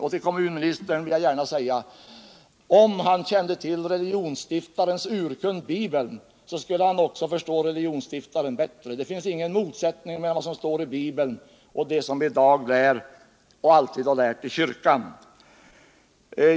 Jag vill gärna säga till kommunministern: Om han kände till religionsstiftarens urkund Bibeln skulle han också förstå religionsstiftaren bättre. Det finns ingen motsättning mellan vad som står i Bibeln och det som vi i dag lär och alltid har lärt i kyrkan.